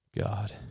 God